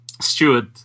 steward